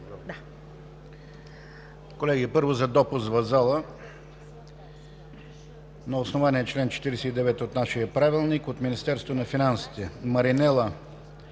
Колеги, първо за допускане в залата – на основание на чл. 49 от нашия правилник, от Министерството на финансите: Маринела